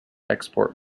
export